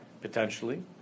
potentially